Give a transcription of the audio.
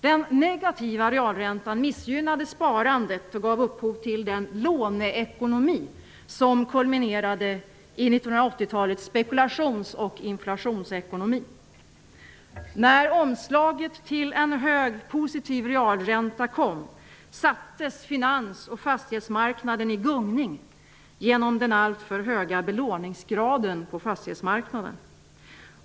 Den negativa realräntan missgynnade sparandet och gav upphov till den låneekonomi som kulminerade i 1980-talets spekulations och inflationsekonomi. När omslaget till en hög positiv realränta kom sattes finans och fastighetsmarknaden i gungning genom den alltför höga belåningsgraden på fastighetsmarknaden.